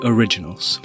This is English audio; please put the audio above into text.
Originals